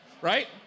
right